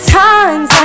times